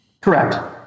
Correct